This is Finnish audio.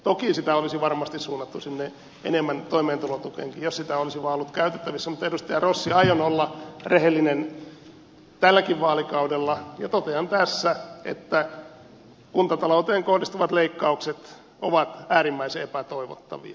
toki sitä olisi varmasti suunnattu enemmän sinne toimeentulotukeenkin jos sitä olisi vaan ollut käytettävissä mutta edustaja rossi aion olla rehellinen tälläkin vaalikaudella ja totean tässä että kuntatalouteen kohdistuvat leikkaukset ovat äärimmäisen epätoivottavia